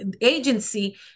agency